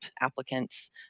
applicants